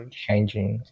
changing